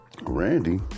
Randy